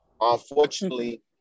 unfortunately